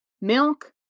milk